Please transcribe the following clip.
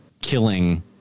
killing